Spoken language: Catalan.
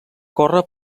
corre